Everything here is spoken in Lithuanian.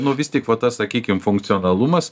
nu vis tik va tas sakykim funkcionalumas